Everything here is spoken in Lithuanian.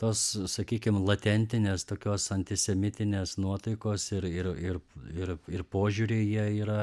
tos sakykim latentinės tokios antisemitinės nuotaikos ir ir ir ir ir požiūriai jie yra